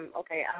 okay